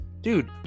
dude